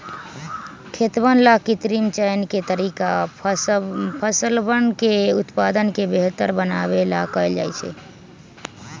खेतवन ला कृत्रिम चयन के तरीका फसलवन के उत्पादन के बेहतर बनावे ला कइल जाहई